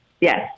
Yes